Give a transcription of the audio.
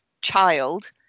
child